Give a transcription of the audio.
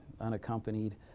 unaccompanied